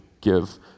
give